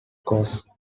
course